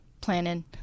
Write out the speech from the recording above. planning